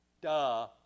Duh